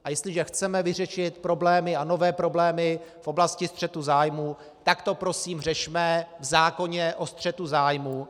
A jestliže chceme vyřešit problémy a nové problémy v oblasti střetu zájmů, tak to prosím řešme v zákoně o střetu zájmů.